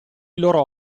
loro